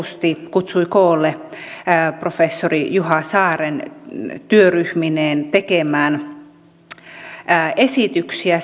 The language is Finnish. kutsui koolle professori juho saaren työryhmineen tekemään esityksiä